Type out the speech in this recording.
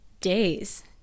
days